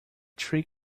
three